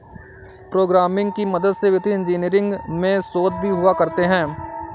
programming की मदद से वित्तीय इन्जीनियरिंग में शोध भी हुआ करते हैं